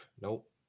nope